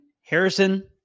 Harrison